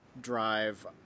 drive